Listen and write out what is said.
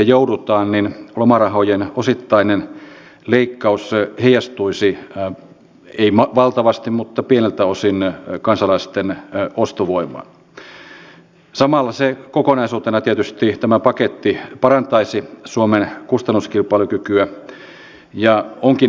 kun edustaja saarikko äsken täällä käsitykseni mukaan väitti että me olemme asiakasmaksuja korottaneet melkein samalla volyymilla kuin tämä hallitus niin kannattaa olla nyt tarkkana näissä väitteissä